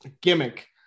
gimmick